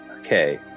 Okay